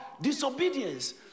disobedience